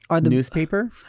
newspaper